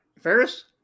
Ferris